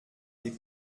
des